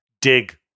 dig